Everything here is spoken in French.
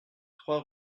trois